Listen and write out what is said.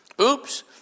Oops